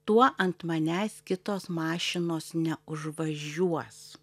tuo ant manęs kitos mašinos neužvažiuos